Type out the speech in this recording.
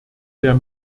der